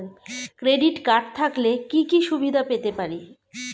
Credit card থাকলে কি কি সুবিধা পেতে পারি?